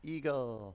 Eagle